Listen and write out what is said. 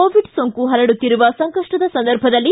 Covid ಸೋಂಕು ಹರಡುತ್ತಿರುವ ಸಂಕಷ್ಟದ ಸಂದರ್ಭದಲ್ಲಿ